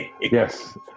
Yes